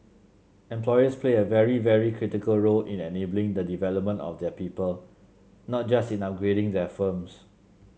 employers play a very very critical role in enabling the development of their people not just in upgrading their firms